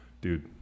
dude